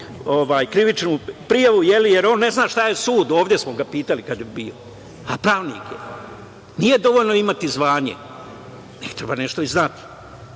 krivičnu prijavu, jer on ne zna šta je sud, ovde smo ga pitali kad je bio, a pravnik je. Nije dovoljno imati zvanje, nego treba nešto i znati.